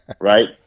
right